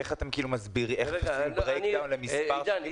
איך אתם מגיעים למספר הזה?